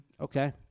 Okay